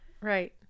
Right